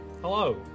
Hello